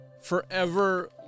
forever